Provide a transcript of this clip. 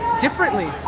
differently